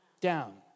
Down